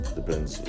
Depends